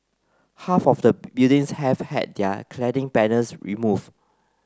half of the buildings have had their cladding panels removed